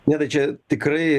nėra čia tikrai